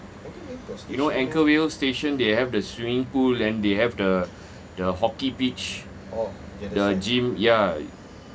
you know anchorvale station they have the swimming pool then they have the the hockey beach the gym ya